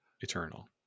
eternal